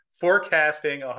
forecasting